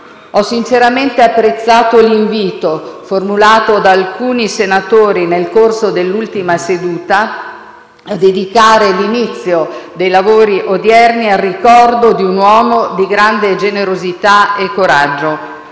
Ho sinceramente apprezzato l'invito, formulato da alcuni senatori nel corso dell'ultima seduta, di dedicare l'inizio dei lavori odierni al ricordo di un uomo di grande generosità e coraggio,